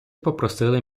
попросили